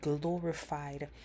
glorified